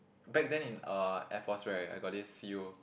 back then in uh Air-Force right I got this C_O